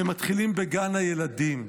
הם מתחילים בגן הילדים.